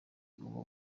tugomba